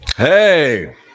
Hey